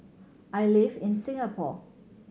I live in Singapore